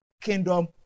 Kingdom